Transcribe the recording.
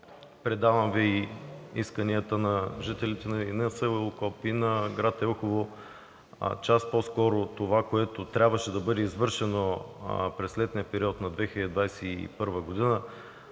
предавам исканията на жителите и на село Окоп, и на град Елхово час по-скоро това, което трябваше да бъде извършено през летния период на 2021 г. и